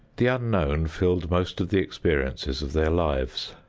the unknown filled most of the experiences of their lives.